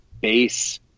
base